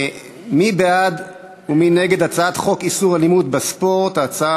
מי בעד ומי נגד הצעת חוק איסור אלימות בספורט (תיקון,